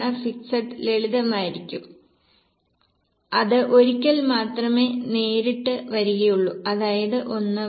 fixed ലളിതമായിരിക്കും അത് ഒരിക്കൽ മാത്രമേ നേരിട്ട് വരികയുള്ളൂ അതായത് 1